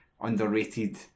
underrated